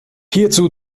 hierzu